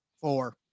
Four